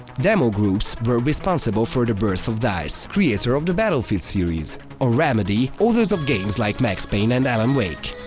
demogroups were responsible for the birth of dice, creator of the battlefield series or remedy, authors of games like max payne and alan wake.